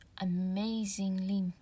amazingly